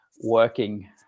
working